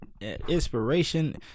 Inspiration